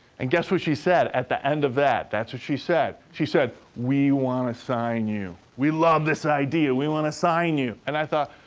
and guess what she said, at the end of that? that's what she said. she said, we wanna sign you. we love this idea we wanna sign you. and i thought,